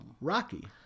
Rocky